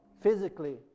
physically